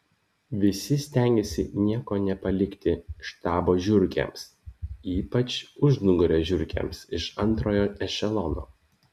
visi stengėsi nieko nepalikti štabo žiurkėms ypač užnugario žiurkėms iš antrojo ešelono